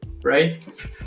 right